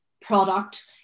product